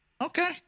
Okay